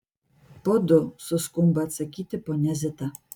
po du suskumba atsakyti ponia zita